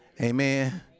amen